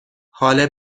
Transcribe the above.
حال